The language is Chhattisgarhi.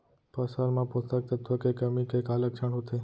फसल मा पोसक तत्व के कमी के का लक्षण होथे?